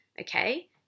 okay